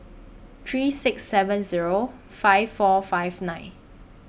three six seven Zero five four five nine